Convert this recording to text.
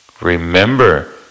remember